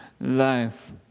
life